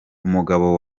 umugabo